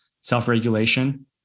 Self-regulation